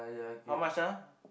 how much ah